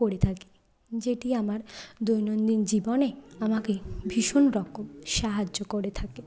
করে থাকি যেটি আমার দৈনন্দিন জীবনে আমাকে ভীষণ রকম সাহায্য করে থাকে